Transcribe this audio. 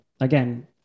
again